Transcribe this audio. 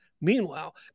Meanwhile